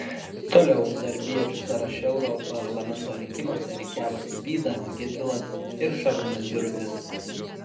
toliau darbiečių sąraše europarlamento rinkimuose rikiavosi vydas gedvilas ir šarūnas birutis